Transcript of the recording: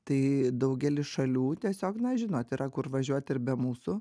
tai daugelis šalių tiesiog na žinot yra kur važiuoti ir be mūsų